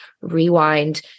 rewind